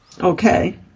Okay